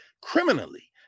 criminally